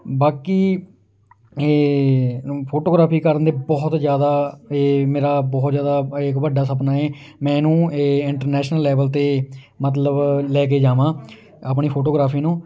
ਬਾਕੀ ਇਹ ਫੋਟੋਗ੍ਰਾਫੀ ਕਰਨ ਦੇ ਬਹੁਤ ਜ਼ਿਆਦਾ ਇਹ ਮੇਰਾ ਬਹੁਤ ਜ਼ਿਆਦਾ ਇੱਕ ਵੱਡਾ ਸਪਨਾ ਹੈ ਮੈਂ ਇਹਨੂੰ ਇਹ ਇੰਟਰਨੈਸ਼ਨਲ ਲੈਵਲ 'ਤੇ ਮਤਲਬ ਲੈ ਕੇ ਜਾਵਾਂ ਆਪਣੀ ਫੋਟੋਗ੍ਰਾਫੀ ਨੂੰ